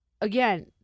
Again